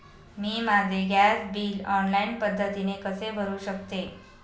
मी माझे gas bill online पद्धतीने कसे भरु शकते?